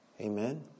Amen